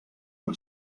per